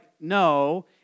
no